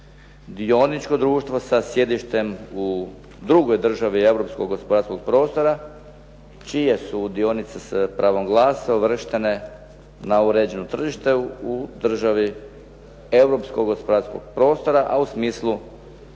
dioničko društvo sa sjedištem u Republici Hrvatskoj gdje pod a) čije su dionice s pravom glasa uvrštene na uređeno tržište u Republici Hrvatskoj a u smislu